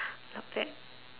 not bad